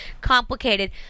complicated